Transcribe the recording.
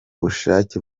bushake